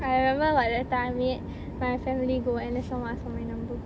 I remember like that time me my family go N_S long mah for my number